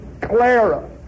Clara